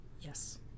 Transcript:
Yes